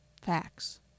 facts